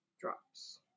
drops